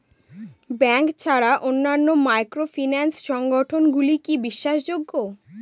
Bank ছাড়া অন্যান্য microfinance সংগঠন গুলি কি বিশ্বাসযোগ্য?